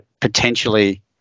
potentially